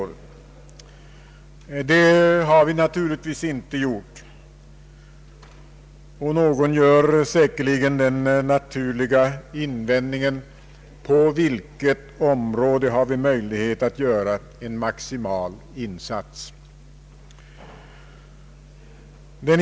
Det har vi naturligtvis inte gjort, och någon gör säkerligen den naturliga invändningen: På vilket område har vi möjlighet att göra en maximal insats?